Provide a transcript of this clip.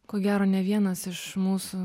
ko gero ne vienas iš mūsų